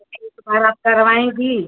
तो फ़िर दोबारा आप करवाएंगी